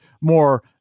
more